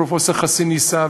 ופרופסור חסין ניסה,